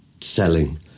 selling